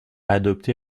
adopté